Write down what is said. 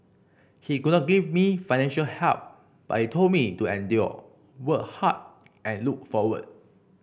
he could not give me financial help but he told me to endure work hard and look forward